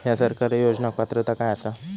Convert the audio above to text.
हया सरकारी योजनाक पात्रता काय आसा?